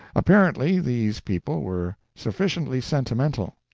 apparently these people were sufficiently sentimental.